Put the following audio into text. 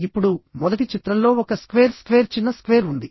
ఇప్పుడు మొదటి చిత్రంలో ఒక స్క్వేర్ చిన్న స్క్వేర్ ఉంది